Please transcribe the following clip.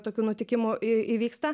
tokių nutikimų įvyksta